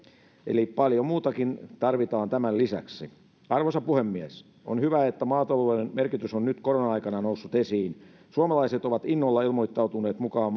eli paljon muutakin tarvitaan tämän lisäksi arvoisa puhemies on hyvä että maatalouden merkitys on nyt korona aikana noussut esiin suomalaiset ovat innolla ilmoittautuneet mukaan